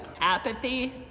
Apathy